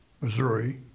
Missouri